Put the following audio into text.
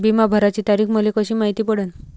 बिमा भराची तारीख मले कशी मायती पडन?